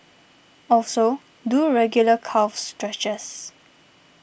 also do regular calf stretches